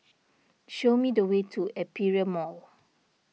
show me the way to Aperia Mall